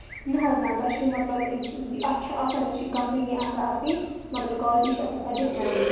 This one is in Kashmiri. نہَ حظ نہَ تۄہہِ چھُ مطلب یہِ اَتھ چھِ آسان یہِ چھِ کَمپٔنی آسان اَکٕے مگر کالٹی چھِ آسان پَتہٕ ڈِفرَنٕس